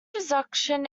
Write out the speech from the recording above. reduction